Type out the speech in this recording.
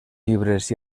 llibres